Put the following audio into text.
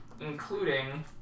including